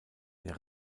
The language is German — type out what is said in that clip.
der